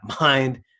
mind